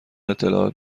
اطلاع